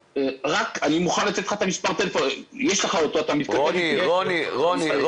אני מוכן לתת לך את מספר הטלפון -- רוני, רוני.